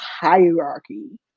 hierarchy